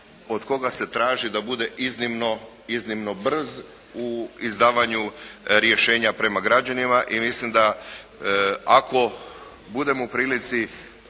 od kojeg se traži da bude iznimno brz u izdavanju rješenja prema građanima. I mislim da ako budem u prilici,